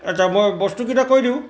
আচ্ছা মই বস্তুকেইটা কৈ দিওঁ